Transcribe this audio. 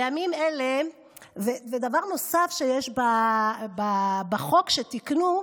דבר נוסף שיש בחוק שתיקנו,